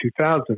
2000